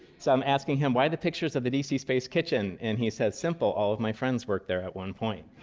so i'm asking him, why the pictures of the d c. space kitchen? and he said, simple. all of my friends worked there at one point.